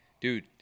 Dude